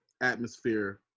atmosphere